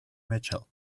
mitchell